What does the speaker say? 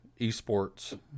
eSports